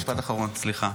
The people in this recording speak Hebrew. משפט אחרון, סליחה.